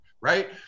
right